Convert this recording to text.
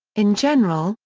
in general,